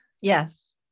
Yes